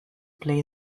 play